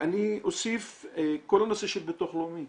אני אוסיף כל הנושא של ביטוח לאומי,